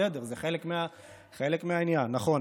בסדר, זה חלק מהעניין, נכון.